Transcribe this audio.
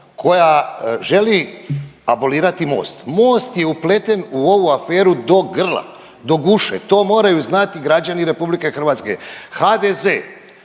koja želi abolirati Most. Most je upleten u ovu aferu do grla, do guše. To moraju znati građani RH. HDZ